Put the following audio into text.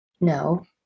No